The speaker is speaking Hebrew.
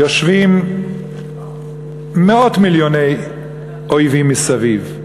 יושבים מאות-מיליוני אויבים מסביב.